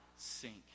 sink